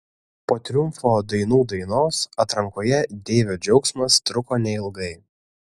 po triumfo dainų dainos atrankoje deivio džiaugsmas truko neilgai